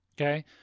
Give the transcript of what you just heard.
Okay